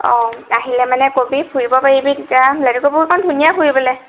অ আহিলে মানে ক'বি ফুৰিব পাৰিবি তেতিয়া লেটেকু পুখুৰীখন ধুনীয়া ফুৰিবলৈ